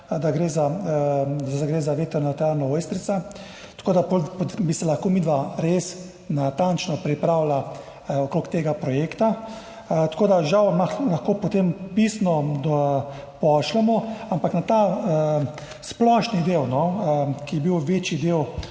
da gre za vetrno elektrarno Ojstrica, da bi se lahko midva res natančno pripravila okrog tega projekta. Tako da žal lahko potem pisno pošljemo. Ampak na ta splošni del, ki je bil večji del